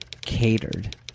catered